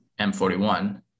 M41